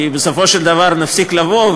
כי בסופו של דבר נפסיק לבוא,